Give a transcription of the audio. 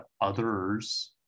others